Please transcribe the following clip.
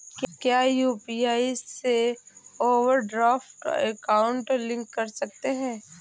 क्या यू.पी.आई से overdraft account link कर सकते हैं?